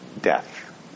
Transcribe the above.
death